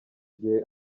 gihe